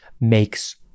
makes